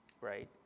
right